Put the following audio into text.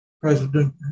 President